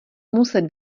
muset